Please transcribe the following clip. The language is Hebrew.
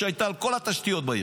שהייתה על כל התשתיות בעיר.